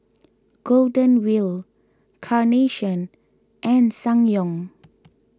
Golden Wheel Carnation and Ssangyong